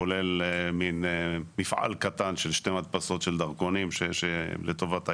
כולל מן מפעל קטן של שתי מדפסות של דרכונים לטובת העניין.